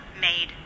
made